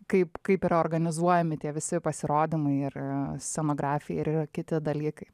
kaip kaip yra organizuojami tie visi pasirodymai ir scenografija ir kiti dalykai